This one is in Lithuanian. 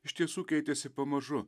iš tiesų keitėsi pamažu